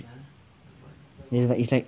ya it's like